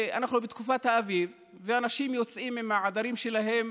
אנחנו בתקופת האביב, ואנשים יוצאים עם העדרים שלהם